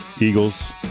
Eagles